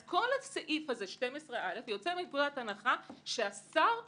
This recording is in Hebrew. אז כל הסעיף הזה 12א יוצא מנקודת הנחה שהשר יקבע,